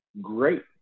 great